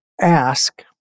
ask